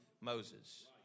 Moses